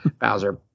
bowser